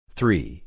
Three